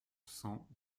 cent